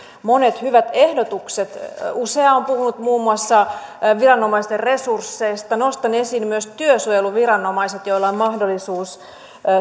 monet hyvät ehdotukset usea on puhunut muun muassa viranomaisten resursseista nostan esiin myös työsuojeluviranomaiset joilla on mahdollisuus